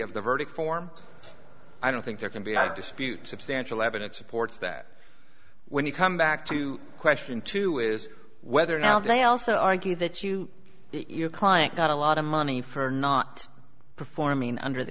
of the verdict form i don't think there can be a dispute substantial evidence supports that when you come back to question two is whether now they also argue that you your client got a lot of money for not performing under the